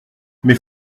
mais